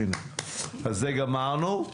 אז עם זה גמרנו.